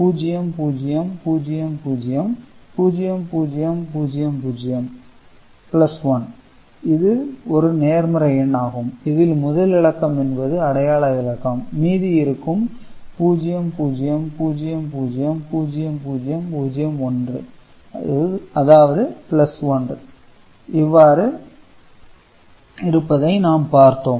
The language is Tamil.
0000 0000 1 இது ஒரு நேர்மறை எண் ஆகும் இதில் முதல் இலக்கம் என்பது அடையாள இலக்கம் மீதம் இருக்கும் 0 0 0 0 0 0 0 1 1 இவ்வாறு இருப்பதை நாம் பார்த்தோம்